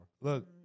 Look